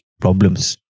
problems